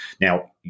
Now